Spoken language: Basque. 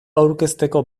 aurkezteko